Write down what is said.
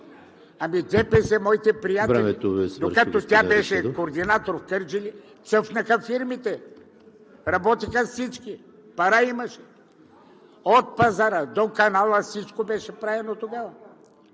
Рашидов. ВЕЖДИ РАШИДОВ: Докато тя беше координатор в Кърджали – цъфнаха фирмите, работиха всички, пара имаше. От пазара до канала всичко беше правено тогава.